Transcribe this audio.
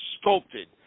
sculpted